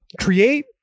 create